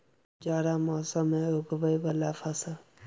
जाड़ा मौसम मे उगवय वला फसल?